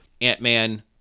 Ant-Man